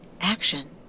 action